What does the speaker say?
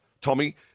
Tommy